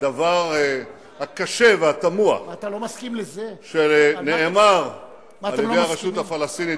והדבר הקשה והתמוה שנאמר על-ידי הרשות הפלסטינית